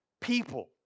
people